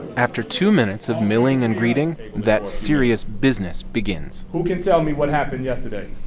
after two minutes of milling and greeting, that serious business begins who can tell me what happened yesterday?